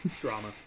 Drama